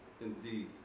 indeed